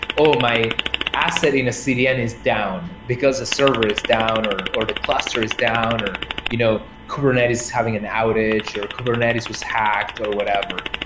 oh! my asset in a cdn is down, because the server is down, or or the cluster is down, or you know kubernetes is having an outage, or kubernetes was hacked, or whatever.